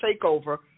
takeover